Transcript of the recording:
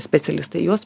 specialistai juos